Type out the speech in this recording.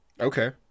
Okay